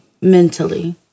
mentally